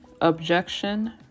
objection